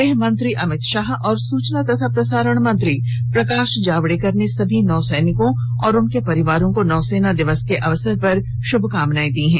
गृह मंत्री अमित शाह और सूचना एवं प्रसारण मंत्री प्रकाश जावड़ेकर ने सभी नौसैनिकों और उनके परिवारों को नौसेना दिवस के अवसर पर शुभकामनाए दी हैं